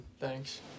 Thanks